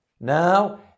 Now